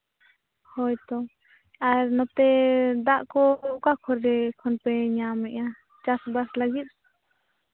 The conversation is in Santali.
ᱦᱳᱭ ᱛᱚ ᱟᱨ ᱱᱚᱛᱮ ᱫᱟᱜ ᱠᱚ ᱚᱠᱟ ᱠᱚᱨᱮ ᱠᱷᱚᱱ ᱯᱮ ᱧᱟᱢ ᱮᱜᱼᱟ ᱪᱟᱥᱼᱵᱟᱥ ᱞᱟᱹᱜᱤᱫ